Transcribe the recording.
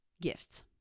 gifts